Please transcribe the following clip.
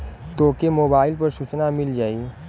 तोके मोबाइल पर सूचना मिल जाई